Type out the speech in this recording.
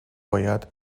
باید